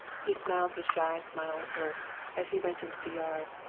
he smiled his shy smile at her as he went into the yard.